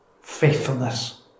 faithfulness